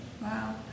wow